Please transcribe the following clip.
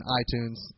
iTunes